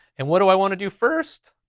and what do i want to do first?